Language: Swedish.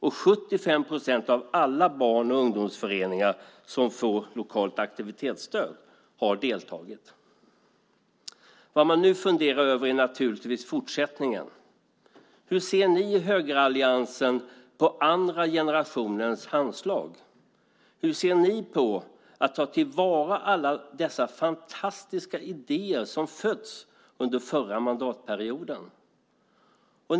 75 procent av alla barn och ungdomsföreningar som får lokalt aktivitetsstöd har deltagit. Nu funderar man naturligtvis över fortsättningen. Hur ser ni i högeralliansen på andra generationens handslag? Hur ser ni på att ta till vara alla de fantastiska idéer som föddes under den förra mandatperioden?